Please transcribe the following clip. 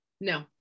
No